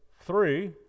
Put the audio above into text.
three